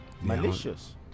Malicious